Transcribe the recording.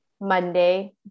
Monday